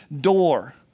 door